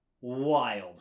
Wild